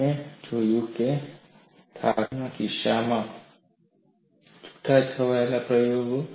અમે જોયું છે થાકના કિસ્સામાં પ્રચંડ છૂટાછવાયા પ્રયોગો